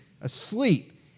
asleep